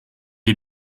est